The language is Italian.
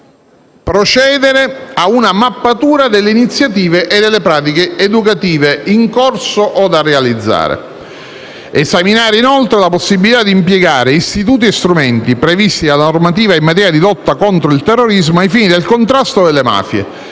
procedere a una mappatura delle iniziative e delle pratiche educative in corso o da realizzare; esaminare inoltre la possibilità di impiegare istituti e strumenti previsti dalla normativa in materia di lotta contro il terrorismo ai fini del contrasto delle mafie.